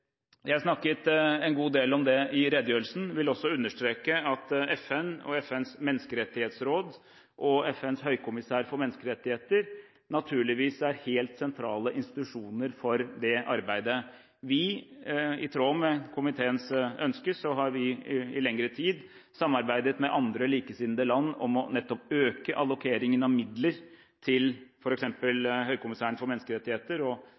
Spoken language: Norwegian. Jeg snakket en god del om det i redegjørelsen min. Jeg vil også understreke at FN og FNs menneskerettighetsråd og FNs høykommissær for menneskerettigheter naturligvis er helt sentrale institusjoner for det arbeidet. I tråd med komiteens ønske har vi i lengre tid samarbeidet med andre likesinnede land om nettopp å øke allokeringen av midler til f.eks. FNs høykommissær for menneskerettigheter, og